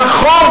נכון,